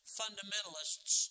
fundamentalists